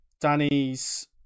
Danny's